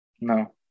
no